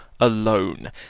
alone